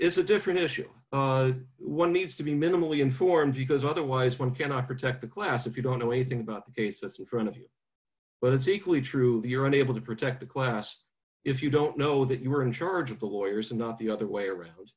is a different issue one needs to be minimally informed because otherwise one cannot protect the glass if you don't know anything about the system front of you but it's equally true that you're unable to protect the class if you don't know that you are in charge of the lawyers and not the other way around